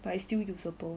but it's still usable